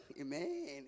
amen